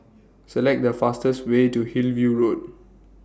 Select The fastest Way to Hillview Road